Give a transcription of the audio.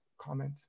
comment